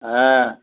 হ্যাঁ